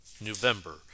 November